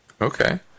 okay